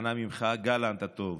אנא ממך, גלנט הטוב,